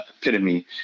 epitome